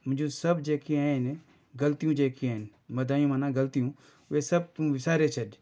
मुंहिजूं सभु जेके आहिनि ग़लतियूं जेके आहिनि मदायूं माना ग़लतियूं उहे सभु तूं विसारे छॾ